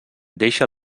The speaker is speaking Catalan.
deixa